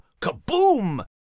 Kaboom